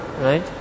Right